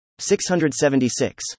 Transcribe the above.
676